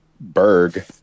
Berg